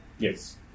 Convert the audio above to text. Yes